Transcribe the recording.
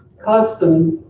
custom,